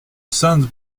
sainte